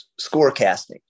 scorecasting